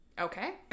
okay